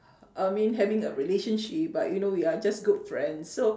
I mean having a relationship but you know we are just good friends so